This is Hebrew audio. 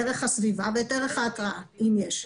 ערך הסביבה וערך ההתרעה אם יש.